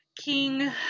King